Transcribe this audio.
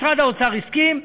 משרד האוצר הסכים,